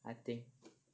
I think